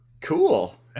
cool